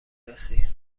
رسی